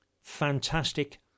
Fantastic